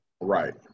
Right